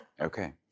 Okay